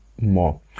more